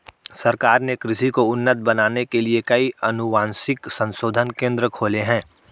सरकार ने कृषि को उन्नत बनाने के लिए कई अनुवांशिक संशोधन केंद्र खोले हैं